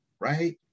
right